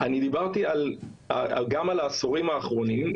אני דיברתי גם על העשורים האחרונים.